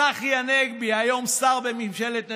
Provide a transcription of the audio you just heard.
צחי הנגבי, היום שר בממשלת נתניהו,